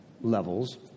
levels